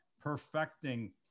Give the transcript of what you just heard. perfecting